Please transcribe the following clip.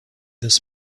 this